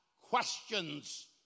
questions